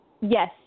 Yes